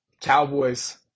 Cowboys